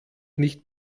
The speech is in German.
nicht